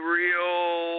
real